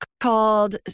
called